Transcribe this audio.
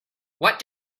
what